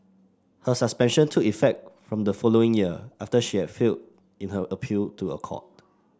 her suspension took effect from the following year after she had failed in her appeal to a court